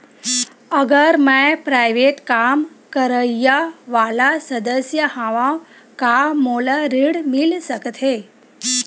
अगर मैं प्राइवेट काम करइया वाला सदस्य हावव का मोला ऋण मिल सकथे?